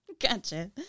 gotcha